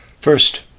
First